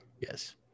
yes